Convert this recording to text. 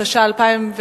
התש"ע 2010,